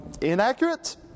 inaccurate